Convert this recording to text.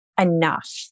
enough